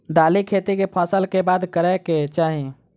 दालि खेती केँ फसल कऽ बाद करै कऽ चाहि?